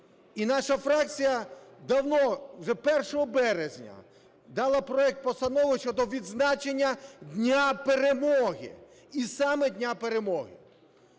і наша фракція давно, вже 1 березня, дала проект Постанови щодо відзначення Дня перемоги, і саме Дня перемоги.